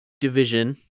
Division